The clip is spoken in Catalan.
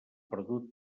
perdut